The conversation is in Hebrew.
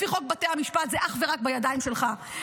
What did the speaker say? לפי חוק בתי המשפט זה אך ורק בידיים שלך.